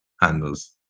handles